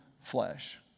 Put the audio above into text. flesh